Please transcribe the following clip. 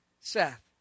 Seth